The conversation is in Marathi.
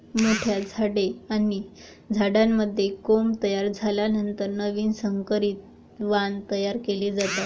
मोठ्या झाडे आणि झाडांमध्ये कोंब तयार झाल्यानंतर नवीन संकरित वाण तयार केले जातात